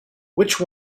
which